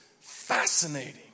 fascinating